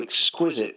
exquisite